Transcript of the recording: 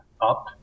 up